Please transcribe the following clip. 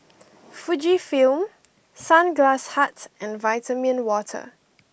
Fujifilm Sunglass Hut and Vitamin Water